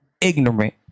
ignorant